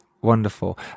wonderful